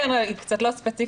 כן, היא קצת לא ספציפית.